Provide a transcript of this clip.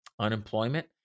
unemployment